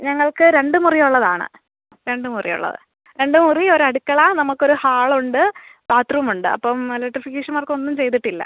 ഞങ്ങൾക്ക് രണ്ട് മുറി ഉള്ളതാണ് രണ്ട് മുറി ഉള്ളത് രണ്ട് മുറി ഒരു അടുക്കള നമുക്കൊരു ഹാൾ ഉണ്ട് ബാത്റൂം ഉണ്ട് അപ്പം ഇലക്ട്രിഫിക്കേഷൻ വർക്ക് ഒന്നും ചെയ്തിട്ടില്ല